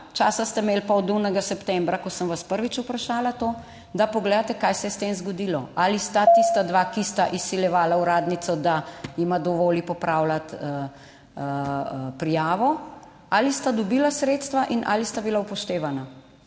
časa ste imeli pa od onega septembra, ko sem vas prvič vprašala to, da pogledate kaj se je s tem zgodilo. Ali sta tista dva, ki sta izsiljevala uradnico, da jima dovoli popravljati prijavo, ali sta dobila sredstva in ali sta bila upoštevana,